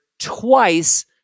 twice